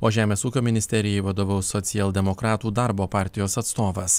o žemės ūkio ministerijai vadovaus socialdemokratų darbo partijos atstovas